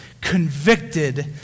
convicted